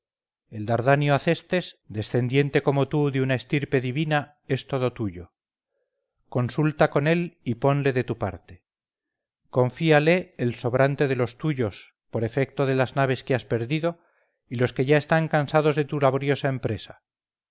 vencerla con paciencia el dardanio acestes descendiente como tú de una estirpe divina es todo tuyo consulta con él y ponle de tu parte confíale el sobrante de los tuyos por efecto de las naves que has pedido y los que ya están cansados de tu laboriosa empresa